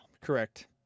correct